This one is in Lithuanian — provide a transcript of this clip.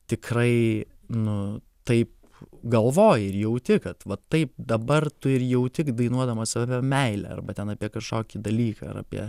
tikrai nu taip galvoji ir jauti kad va taip dabar tu ir jauti tik dainuodamas apie meilę arba ten apie kažkokį dalyką ar apie